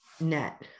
net